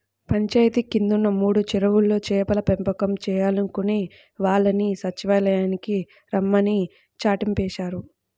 పంచాయితీ కిందున్న మూడు చెరువుల్లో చేపల పెంపకం చేయాలనుకునే వాళ్ళని సచ్చివాలయానికి రమ్మని చాటింపేశారు